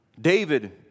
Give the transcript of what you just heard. David